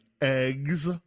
eggs